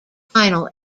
final